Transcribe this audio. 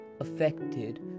affected